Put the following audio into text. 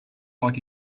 like